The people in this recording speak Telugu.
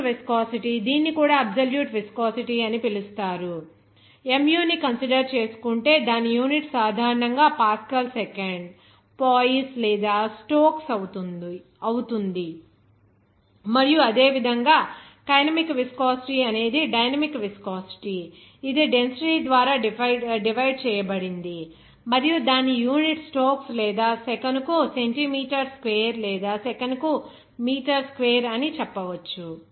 డైనమిక్ విస్కోసిటీ దీనిని కూడా అబ్సొల్యూట్ విస్కోసిటీ అని పిలుస్తారు mu ని కన్సిడర్ చేసుకుంటే దాని యూనిట్ సాధారణంగా పాస్కల్ సెకండ్ పాయిస్ లేదా స్టోక్స్ అవుతుంది మరియు అదేవిధంగా కైనమాటిక్ విస్కోసిటీ అనేది డైనమిక్ విస్కోసిటీ ఇది డెన్సిటీ ద్వారా డివైడ్ చేయబడింది మరియు దాని యూనిట్ స్టోక్స్ లేదా సెకనుకు సెంటీమీటర్ స్క్వేర్ లేదా సెకనుకు మీటర్ స్క్వేర్ అని చెప్పవచ్చు